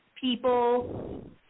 people